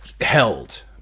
held